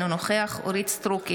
אינו נוכח אורית מלכה סטרוק,